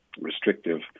restrictive